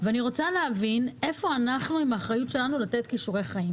ואני רוצה להבין איפה אנחנו עם האחריות שלנו לתת כישורי חיים?